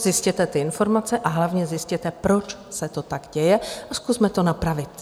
Zjistěte ty informace a hlavně zjistěte, proč se to tak děje, a zkusme to napravit.